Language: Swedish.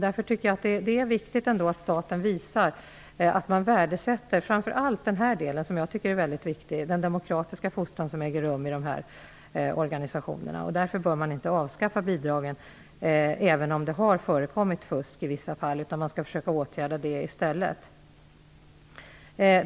Därför är det viktigt att staten visar att man värdesätter framför allt den demokratiska fostran som äger rum i den här typen av organisationer. Därför bör man inte avskaffa bidragen även om det har förekommit fusk i vissa fall, utan man skall i stället försöka åtgärda fusket.